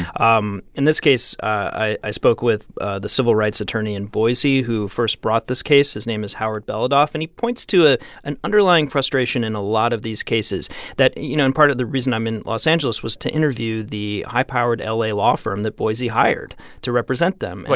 um in this case, i spoke with ah the civil rights attorney in boise who first brought this case. his name is howard belodoff, and he points to ah an underlying frustration in a lot of these cases that, you know and part of the reason i'm in los angeles was to interview the high-powered la law firm that boise hired to represent them but